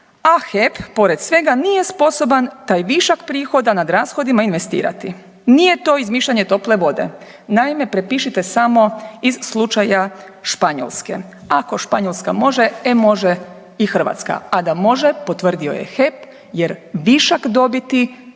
a HEP pored svega nije sposoban taj višak prihoda nad rashodima investirati. Nije to izmišljanje tople vode. Naime, prepišite samo iz slučaja Španjolske. Ako Španjolska može, e može i Hrvatska, a da može potvrdio je HEP jer višak dobiti,